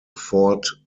fort